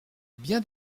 bien